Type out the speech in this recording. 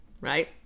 right